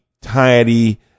tidy